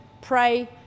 pray